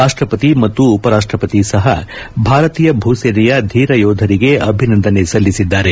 ರಾಷ್ಟಪತಿ ಮತ್ತು ಉಪರಾಷ್ಟಪತಿ ಸಹ ಭಾರತೀಯ ಭೂಸೇನೆಯ ಧೀರ ಯೋಧರಿಗೆ ಅಭಿನಂದನೆ ಸಲ್ಲಿಸಿದ್ದಾರೆ